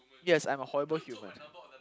yes I'm a horrible human